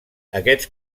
aquests